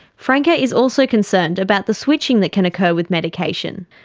franca is also concerned about the switching that can occur with medication.